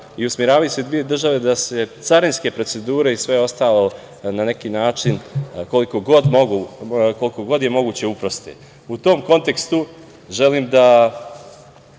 i usmeravaju se dve države carinske procedure i sve ostalo na neki način, koliko god je moguće uproste. U tom kontekstu, želim da